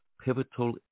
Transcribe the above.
pivotal